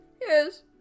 Yes